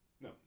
No